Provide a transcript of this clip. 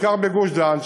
בעיקר בגוש-דן,